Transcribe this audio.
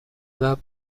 بعد